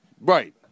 Right